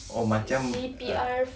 oh macam err